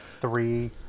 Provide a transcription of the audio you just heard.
three